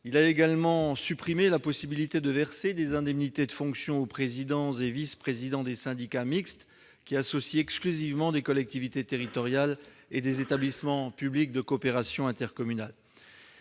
Il a également supprimé la possibilité de verser des indemnités de fonction aux présidents et vice-présidents des syndicats mixtes qui associent exclusivement des collectivités territoriales et des établissements publics de coopération intercommunale.